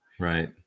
Right